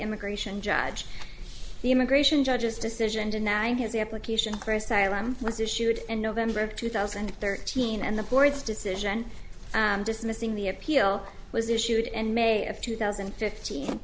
immigration judge the immigration judge's decision denying his application close cylon was issued in november of two thousand and thirteen and the board's decision dismissing the appeal was issued in may of two thousand and fifteen